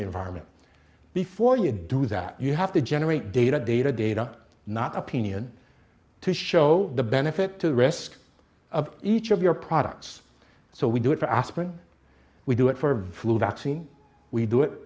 environment before you do that you have to generate data data data not opinion to show the benefit to the rest of each of your products so we do it for aspirin we do it for vaccines we do it